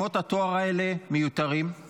שמות התואר האלה מיותרים,